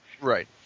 Right